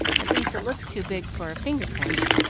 at least, it looks too big for a finger-print.